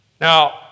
Now